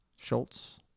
Schultz